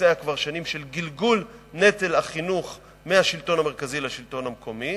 שמתבצע כבר שנים של גלגול נטל החינוך מהשלטון המרכזי לשלטון המקומי,